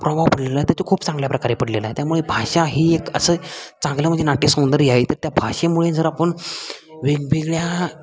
प्रभाव पडलेला आहे त्याचे खूप चांगल्या प्रकारे पडलेला आहे त्यामुळे भाषा ही एक असं चांगलं म्हणजे नाट्य सौंदर्य आहे तर त्या भाषेमुळे जर आपण वेगवेगळ्या